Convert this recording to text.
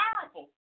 powerful